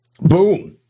Boom